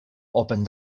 open